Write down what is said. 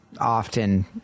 often